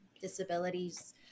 disabilities